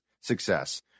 success